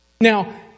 Now